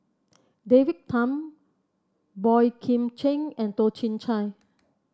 David Tham Boey Kim Cheng and Toh Chin Chye